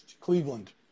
Cleveland